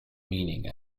meaning